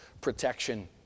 protection